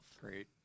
Great